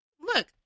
Look